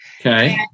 Okay